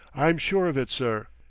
i'm sure of it, sir.